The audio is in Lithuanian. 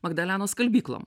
magdalenos skalbyklom